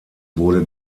wurde